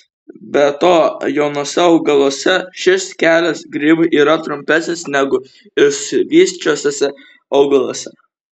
be to jaunuose augaluose šis kelias grybui yra trumpesnis negu išsivysčiusiuose augaluose